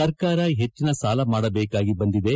ಸರ್ಕಾರ ಹೆಚ್ಚನ ಸಾಲ ಮಾಡಬೇಕಾಗಿ ಬಂದಿದೆ